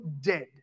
dead